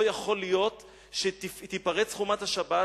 לא יכול להיות שתיפרץ חומת השבת,